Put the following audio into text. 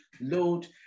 load